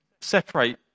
separate